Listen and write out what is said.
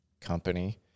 company